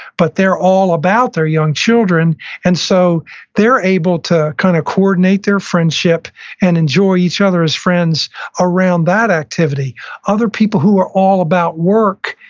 but they're all about their young children and so they're able to kind of coordinate their friendship and enjoy each other as friends around that activity other people who are all about work,